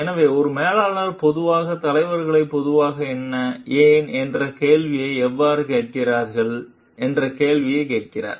எனவே ஒரு மேலாளர் பொதுவாக தலைவர்கள் பொதுவாக என்ன ஏன் என்ற கேள்வியை எவ்வாறு கேட்கிறார்கள் என்ற கேள்வியைக் கேட்கிறார்